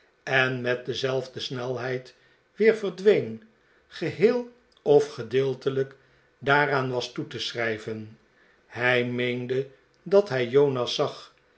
en met dezelfde snelheid weer verdween geheel of gedeeltelijk daaraan was toe te schrijven hij meende dat hij jonas